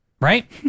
Right